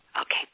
Okay